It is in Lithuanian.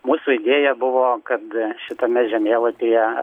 mūsų idėja buvo kad šitame žemėlapyje